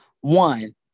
One